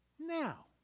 Now